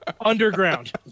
Underground